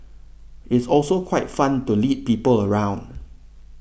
it's also quite fun to lead people around